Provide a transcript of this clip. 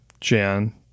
Jan